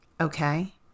Okay